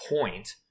point